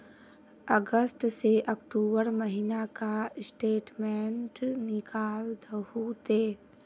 अगस्त से अक्टूबर महीना का स्टेटमेंट निकाल दहु ते?